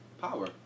Power